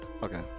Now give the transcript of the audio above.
Okay